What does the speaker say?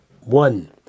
one